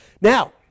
Now